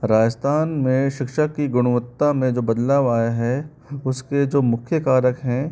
राजस्थान में शिक्षा की गुणवत्ता में जो बदलाव आया है उसके जो मुख्य कारक हैं